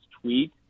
tweet